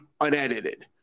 unedited